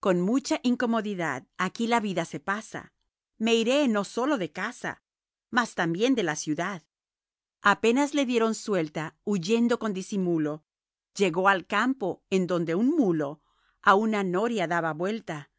con mucha incomodidad aquí la vida se pasa me iré no sólo de casa mas también de la ciudad apenas le dieron suelta huyendo con disimulo llegó al campo en donde un mulo a una noria daba vuelta